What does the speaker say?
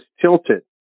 tilted